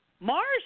Mars